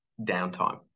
downtime